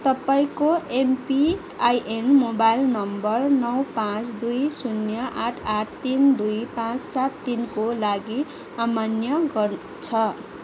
तपाईँको MPIN mobile number नौ पाचँ दुई शून्य आठ आठ तिन दुई पाचँ सात तिनको लागि अमान्य छ